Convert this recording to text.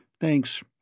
Thanks